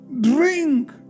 drink